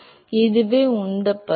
எனவே இதுவே உந்தப் பரவல்